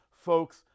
Folks